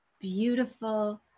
beautiful